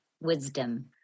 wisdom